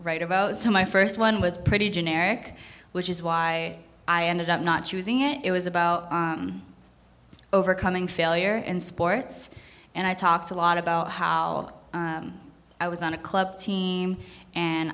write about so my first one was pretty generic which is why i ended up not using it was about overcoming failure in sports and i talked a lot about how i was on a club team and